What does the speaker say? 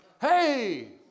hey